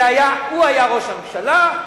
הוא היה ראש הממשלה,